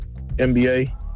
NBA